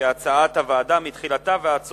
כהצעת הוועדה מתחילתה ועד סופה,